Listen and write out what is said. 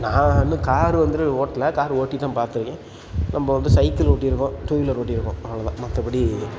நான் வந்து கார் வந்துட்டு ஓட்டல கார் ஓட்டி தான் பார்த்துருக்கேன் நம்ம வந்து சைக்கிள் ஓட்டியிருக்கோம் டூ வீலர் ஒட்டியிருக்கோம் அவ்வளோ தான் மற்றபடி